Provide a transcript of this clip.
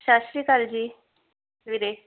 ਸਤਿ ਸ਼੍ਰੀ ਅਕਾਲ ਜੀ ਵੀਰੇ